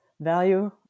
value